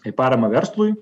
į paramą verslui